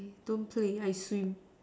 don't play I swim